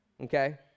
Okay